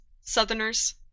Southerners